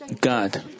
God